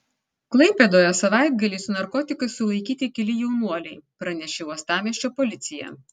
klaipėdoje savaitgalį su narkotikais sulaikyti keli jaunuoliai pranešė uostamiesčio policija